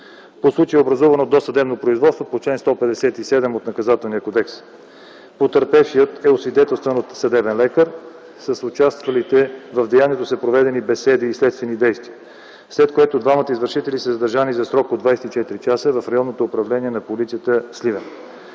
По случая е образувано досъдебно производство по чл. 157 от Наказателния кодекс. Потърпевшият е освидетелстван от съдебен лекар. С участвалите в деянието са проведени беседи и следствени действия, след което двамата извършители са задържани за срок от 24 часа в Районното управление на полицията – гр.